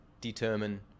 determine